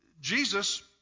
Jesus